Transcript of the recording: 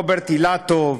רוברט אילטוב,